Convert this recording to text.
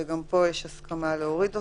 וגם פה יש הסכמה להוריד אותו.